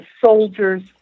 soldiers